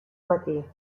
matí